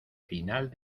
final